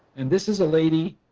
and this is a lady